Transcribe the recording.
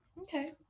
okay